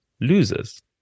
losers